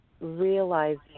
realizing